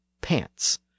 pants